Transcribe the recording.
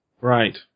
Right